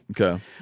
Okay